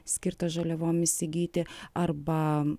skirtą žaliavom įsigyti arba